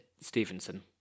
Stevenson